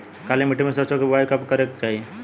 काली मिट्टी में सरसों के बुआई कब करे के चाही?